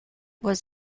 was